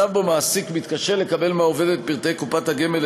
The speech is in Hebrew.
מצב שבו מעסיק מתקשה לקבל מהעובד את פרטי קופת הגמל